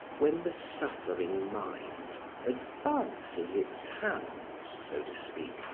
when the suffering mind advances its hands, so to speak,